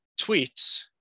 tweets